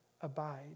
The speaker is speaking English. abide